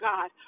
God